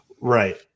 Right